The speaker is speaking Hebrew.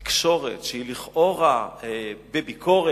תקשורת שהיא לכאורה בביקורת,